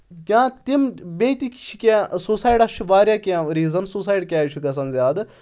یا تِم بیٚیہِ تہِ چھِ کینٛہہ سوسایڈَس چھِ واریاہ کینٛہہ ریٖزَن سوسایڈ کیازِ چھُ گژھان زیادٕ